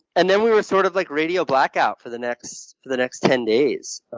and then we were sort of like radio blackout for the next the next ten days.